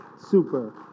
Super